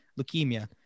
leukemia